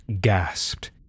gasped